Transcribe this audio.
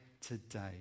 today